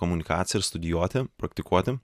komunikacija ir studijuoti praktikuoti